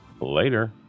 Later